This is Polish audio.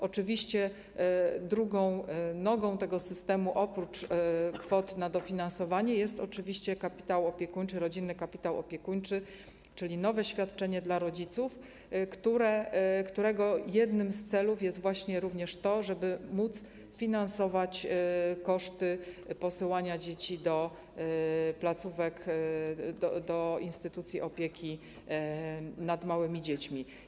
Oczywiście drugą nogą tego systemu oprócz kwot na dofinansowanie jest kapitał opiekuńczy, rodzinny kapitał opiekuńczy, czyli nowe świadczenie dla rodziców, którego jednym z celów jest właśnie również to, żeby móc finansować koszty posyłania dzieci do placówek, instytucji opieki nad małymi dziećmi.